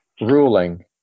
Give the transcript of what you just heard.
ruling